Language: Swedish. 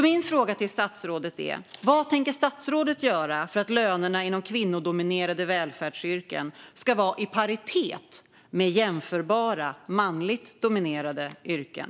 Min fråga till statsrådet är: Vad tänker statsrådet göra för att lönerna inom kvinnodominerade välfärdsyrken ska vara i paritet med jämförbara manligt dominerade yrken?